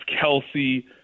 Kelsey